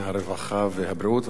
הרווחה והבריאות.